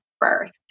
birth